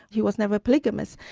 he was never polygamist,